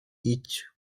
each